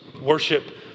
worship